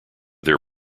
their